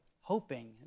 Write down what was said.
hoping